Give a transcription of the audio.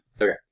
Okay